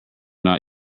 not